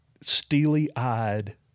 steely-eyed